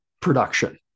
production